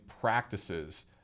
practices